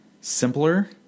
simpler